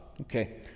okay